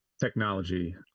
technology